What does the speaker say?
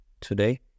today